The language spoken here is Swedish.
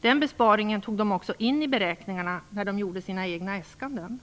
Den besparingen tog man också in i beräkningarna när man gjorde sina egna äskanden.